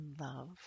love